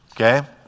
Okay